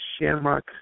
Shamrock